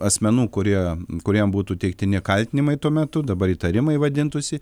asmenų kurie kuriem būtų teiktini kaltinimai tuo metu dabar įtarimai vadintųsi